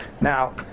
Now